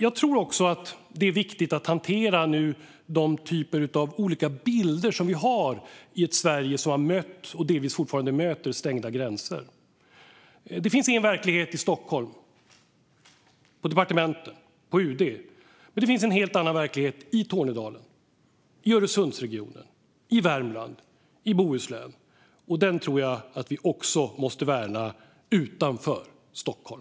Jag tror att det nu är viktigt att hantera de typer av olika bilder som vi har i ett Sverige som har mött och delvis fortfarande möter stängda gränser. Det finns en verklighet i Stockholm, på departementen och på UD. Men det finns en helt annan verklighet i Tornedalen, i Öresundsregionen, i Värmland och i Bohuslän. Den tror jag att vi också måste värna utanför Stockholm.